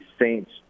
Saints